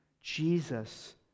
Jesus